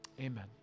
amen